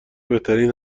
بهترین